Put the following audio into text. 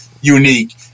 unique